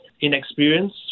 inexperience